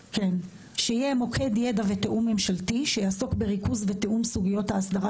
שיהיה מוקד ידע ותיאום ממשלתי שיעסוק בריכוז ותיאום סוגיות ההסדרה